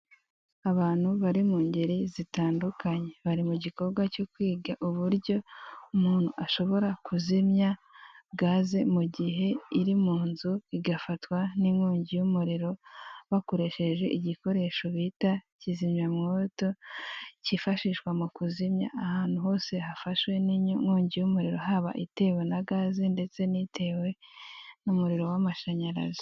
Abantu bari mu ngeri zitandukanye bari mu gikorwa cyo kwiga uburyo umuntu ashobora kuzimya gaze mu gihe iri mu nzu igafatwa n'inkongi y'umuriro bakoresheje igikoresho bita kizimyamwoto kifashishwa mu kuzimya ahantu hose hafashwe n'inkongi y'umuriro, haba itewe na gaze ndetse n'itewe n'umururo w'amashanyarazi.